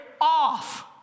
off